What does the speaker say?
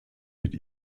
mit